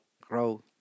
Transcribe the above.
grow